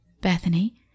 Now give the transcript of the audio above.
Bethany